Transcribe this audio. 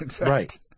Right